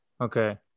okay